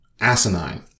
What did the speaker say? asinine